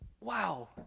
wow